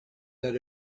that